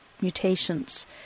mutations